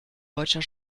deutscher